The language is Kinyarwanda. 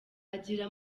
agira